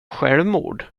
självmord